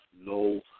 no